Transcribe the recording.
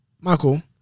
Michael